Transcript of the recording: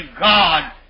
God